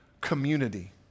community